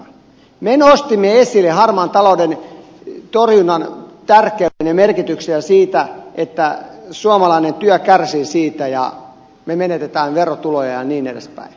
me nostimme esille harmaan talouden torjunnan tärkeyden ja merkityksen ja sen että suomalainen työ kärsii siitä ja me menetämme verotuloja ja niin edelleen